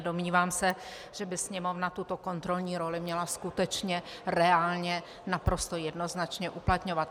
Domnívám se, že by Sněmovna tuto kontrolní roli měla skutečně reálně, naprosto jednoznačně uplatňovat.